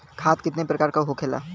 खाद कितने प्रकार के होखेला?